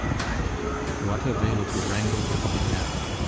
but what avail to wrangle with thee now,